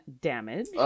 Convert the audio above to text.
damage